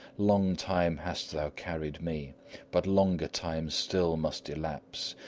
long time hast thou carried me but longer time still must elapse,